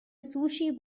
sushi